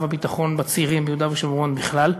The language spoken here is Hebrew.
הביטחון בצירים ביהודה ושומרון בכלל.